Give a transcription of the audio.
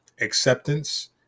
acceptance